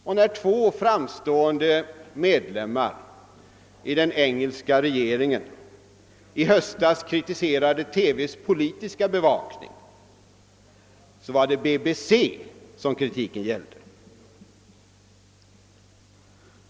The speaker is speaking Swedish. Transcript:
Och när två framstående medlemmar av den engelska regeringen i höstas kritiserade TV:s politiska bevakning var det BBC som kritiken gällde.